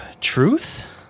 Truth